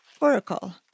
Oracle